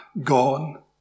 gone